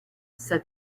said